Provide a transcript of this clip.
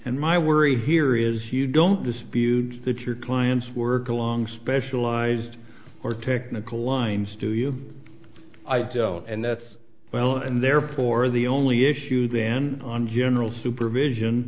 and my worry here is you don't dispute that your clients work along specialized or technical lines to you i don't and that's well and therefore the only issue then on general supervision